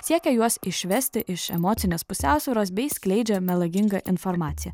siekia juos išvesti iš emocinės pusiausvyros bei skleidžia melagingą informaciją